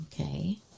Okay